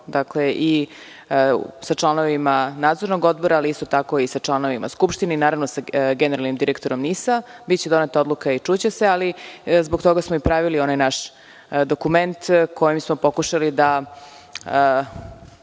i sa članovima Nadzornog odbora, ali isto tako i sa članovima Skupštine, kao i sa generalnim direktorom NIS-a. Biće doneta odluka i čuće se. Zbog toga smo i pravili onaj naš dokument kojim smo pokušali da